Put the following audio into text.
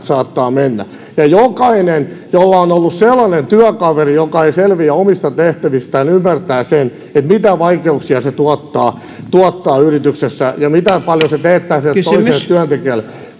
saattavat mennä ja jokainen jolla on ollut sellainen työkaveri joka ei selviä omista tehtävistään ymmärtää mitä vaikeuksia se tuottaa tuottaa yrityksessä ja miten paljon se teettää sille toiselle työntekijälle